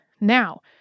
Now